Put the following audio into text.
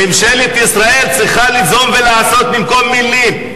ממשלת ישראל צריכה ליזום ולעשות במקום מלים,